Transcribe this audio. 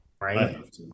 right